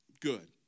good